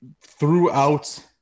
throughout